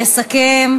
כיפתנו,